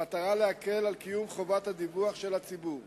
במטרה להקל על קיום חובת הדיווח של הציבור,